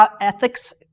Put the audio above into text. ethics